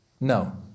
No